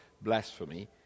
blasphemy